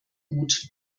gut